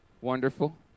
Wonderful